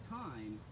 time